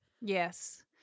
Yes